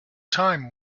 time